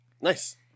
Nice